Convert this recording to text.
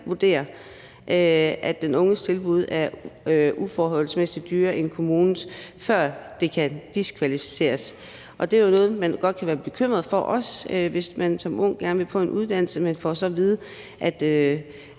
at den unges forslag er uforholdsmæssigt meget dyrere end kommunens, før det kan diskvalificeres. Det er jo noget, man også godt kan være bekymret for, hvis man som ung gerne vil på en uddannelse, men så får at vide,